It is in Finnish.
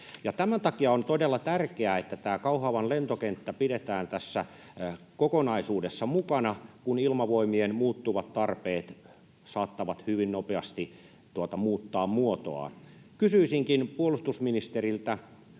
Tämän takia on todella tärkeää, että Kauhavan lentokenttä pidetään tässä kokonaisuudessa mukana, kun Ilmavoimien muuttuvat tarpeet saattavat hyvin nopeasti muuttaa muotoaan. Kysyisinkin tässä